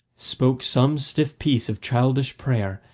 spoke some stiff piece of childish prayer,